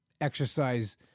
exercise